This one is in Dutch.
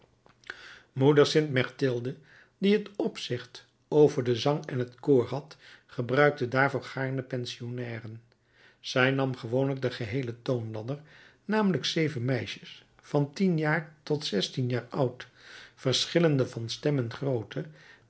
moeder st mechtilde die het opzicht over den zang en het koor had gebruikte daarvoor gaarne pensionnairen zij nam gewoonlijk de geheele toonladder namelijk zeven meisjes van tien jaar tot zestien jaar oud verschillende van stem